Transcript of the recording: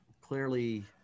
clearly